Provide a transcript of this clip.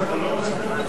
מי בעד?